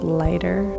lighter